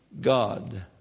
God